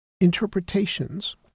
interpretations